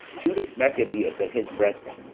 judas machabeus, and his brethren,